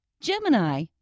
Gemini